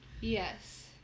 Yes